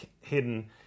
hidden